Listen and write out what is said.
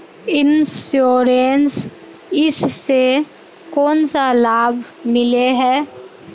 Insurance इस से कोन सा लाभ मिले है?